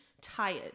tired